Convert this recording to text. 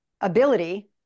ability